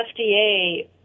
FDA